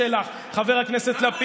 חבר הכנסת שלח,